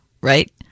right